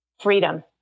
Freedom